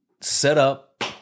setup